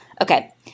Okay